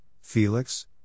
Felix